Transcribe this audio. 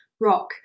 rock